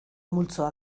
multzoa